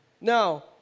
Now